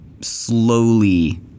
slowly